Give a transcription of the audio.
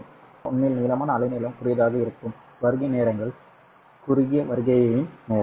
எனவே உண்மையில் நீளமான அலைநீளம் குறுகியதாக இருக்கும் வருகை நேரங்கள் சரி குறுகிய வருகையின் நேரம்